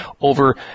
over